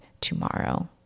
tomorrow